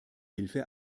hilfe